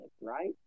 right